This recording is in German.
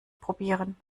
probieren